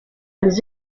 les